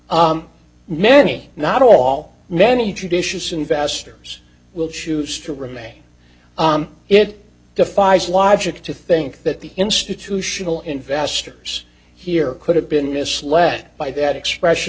t many not all many judicious investors will choose to remain it defies logic to think that the institutional investors here could have been misled by that expression